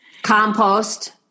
Compost